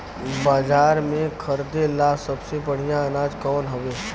बाजार में खरदे ला सबसे बढ़ियां अनाज कवन हवे?